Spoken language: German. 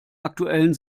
aktuellen